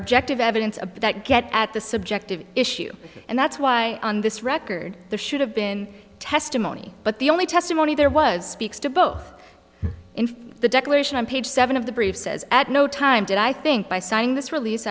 objective evidence of that get at the subjective issue and that's why on this record the should have been testimony but the only testimony there was speaks to both in the declaration on page seven of the brief says at no time did i think by signing this release